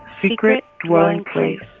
secret dwelling place.